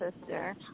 sister